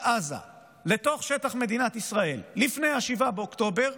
עזה לתוך שטח מדינת ישראל לפני 7 באוקטובר,